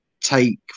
take